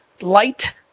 Light